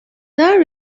دار